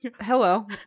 Hello